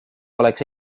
oleks